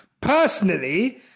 personally